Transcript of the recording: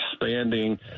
expanding